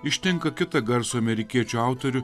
ištinka kitą garsų amerikiečių autorių